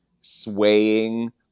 swaying